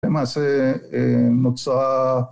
למה זה נוצר